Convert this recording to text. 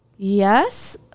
Yes